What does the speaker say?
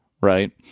right